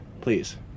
Please